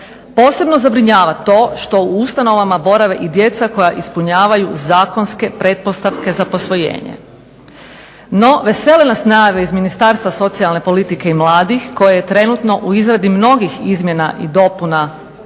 Posebno zabrinjava to što u ustanovama borave i djeca koja ispunjavaju zakonske pretpostavke za posvojenje. No, vesele nas najave iz Ministarstva socijalne politike i mladih koje je trenutno u izradi mnogih izmjena i dopuna